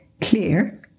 clear